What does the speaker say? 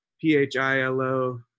P-H-I-L-O